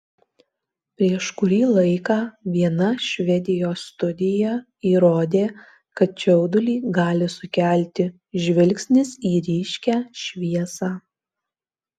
prieš kurį laiką viena švedijos studija įrodė kad čiaudulį gali sukelti žvilgsnis į ryškią šviesą